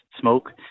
smoke